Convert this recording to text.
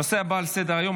הנושא הבא על סדר-היום,